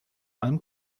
einem